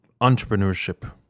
entrepreneurship